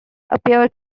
appear